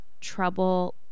trouble